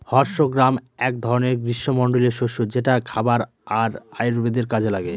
horse gram এক ধরনের গ্রীস্মমন্ডলীয় শস্য যেটা খাবার আর আয়ুর্বেদের কাজে লাগে